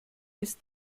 ist